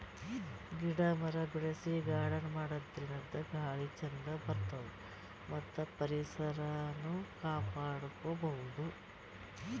ಗಿಡ ಮರ ಬೆಳಸಿ ಗಾರ್ಡನ್ ಮಾಡದ್ರಿನ್ದ ಗಾಳಿ ಚಂದ್ ಬರ್ತದ್ ಮತ್ತ್ ಪರಿಸರನು ಕಾಪಾಡ್ಕೊಬಹುದ್